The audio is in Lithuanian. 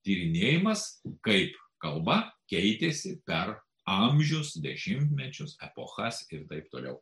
tyrinėjimas kaip kalba keitėsi per amžius dešimtmečius epochas ir taip toliau